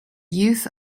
use